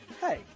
Hey